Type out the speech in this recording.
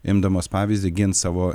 imdamos pavyzdį gins savo